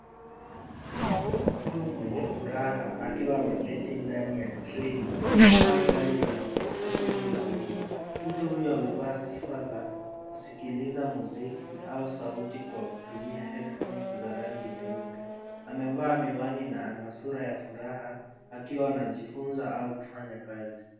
Kuna mtu mwenye furaha akiwa ameketi ndani ya traini au gari la usafiri la umma. Mtu huyo amevaa sifa za kusikiliza muziki au sauti kwa kutumia headphones za rangi nyeupe. Amevaa miwani na ana sura ya furaha akiwa anajifunza au kufanya kazi.